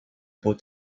boat